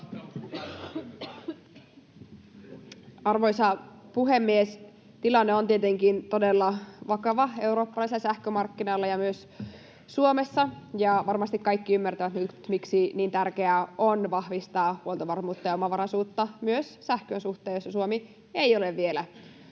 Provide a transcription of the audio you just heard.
Arvoisa puhemies! Tilanne on tietenkin todella vakava eurooppalaisilla sähkömarkkinoilla ja myös Suomessa, ja varmasti kaikki ymmärtävät nyt, miksi on niin tärkeää vahvistaa huoltovarmuutta ja omavaraisuutta myös sähkön suhteen, missä Suomi ei ole vielä läpi